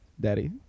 Daddy